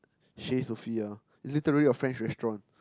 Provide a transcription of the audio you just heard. Chay-Sophia it's literally a French restaurant